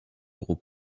gros